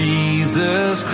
Jesus